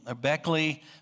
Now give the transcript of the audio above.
Beckley